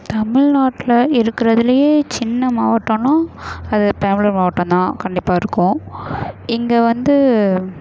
தமிழ்நாட்டில இருக்கிறதுலையே சின்ன மாவட்டம்னா அது பெரம்பலூர் மாவட்டம் தான் கண்டிப்பாக இருக்கும் இங்கே வந்து